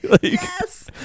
Yes